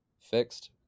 fixed